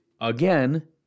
again